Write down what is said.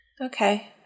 Okay